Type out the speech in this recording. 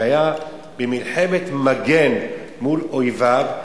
שהיה במלחמת מגן מול אויביו,